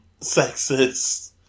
sexist